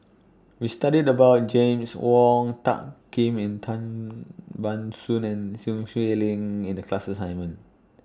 We studied about James Wong Tuck Yim Tan Ban Soon and Sun Xueling in The class assignment